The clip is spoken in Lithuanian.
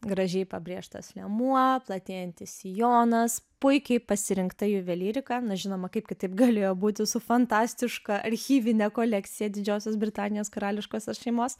gražiai pabrėžtas liemuo platėjantis sijonas puikiai pasirinkta juvelyrika na žinoma kaip kitaip galėjo būti su fantastiška archyvine kolekcija didžiosios britanijos karališkosios šeimos